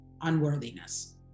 unworthiness